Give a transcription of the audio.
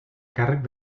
càrrec